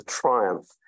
triumph